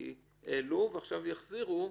כי העלו ועכשיו יחזירו,